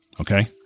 Okay